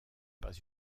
pas